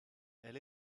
elle